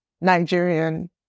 Nigerian